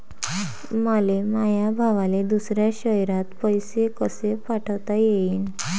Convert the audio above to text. मले माया भावाले दुसऱ्या शयरात पैसे कसे पाठवता येईन?